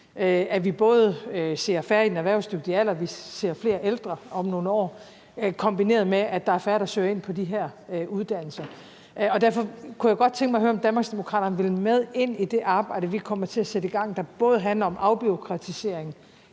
Vi ser både færre i den erhvervsdygtige alder, og vi ser flere ældre om nogle år, kombineret med at der er færre, der søger ind på de her uddannelser. Derfor kunne jeg godt tænke mig at høre, om Danmarksdemokraterne vil med ind i det arbejde, vi kommer til at sætte i gang, der handler om afbureaukratisering